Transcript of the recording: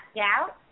out